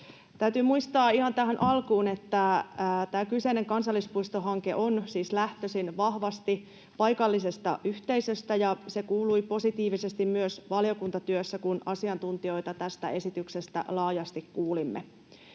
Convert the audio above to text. Täytyy muistaa ihan tähän alkuun, että tämä kyseinen kansallispuistohanke on siis lähtöisin vahvasti paikallisesta yhteisöstä, ja se kuului positiivisesti myös valiokuntatyössä, kun asiantuntijoita tästä esityksestä laajasti kuulimme.